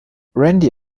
randy